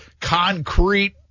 concrete